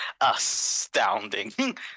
astounding